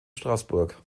straßburg